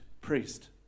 priest